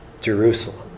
Jerusalem